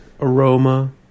aroma